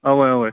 اوے اوے